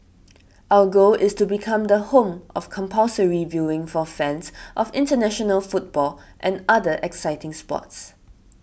our goal is to become the home of compulsory viewing for fans of international football and other exciting sports